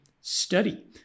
study